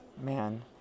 man